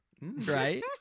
right